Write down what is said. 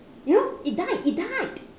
you know it died it died